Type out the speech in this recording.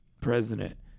president